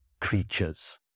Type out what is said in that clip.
creatures